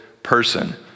person